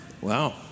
Wow